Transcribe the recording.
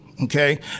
Okay